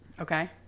Okay